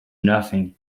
nothing